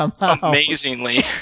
Amazingly